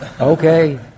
Okay